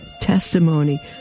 testimony